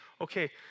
okay